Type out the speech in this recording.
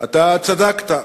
אתה צדקת.